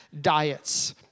diets